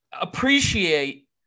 Appreciate